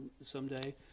someday